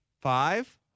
five